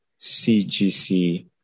CGC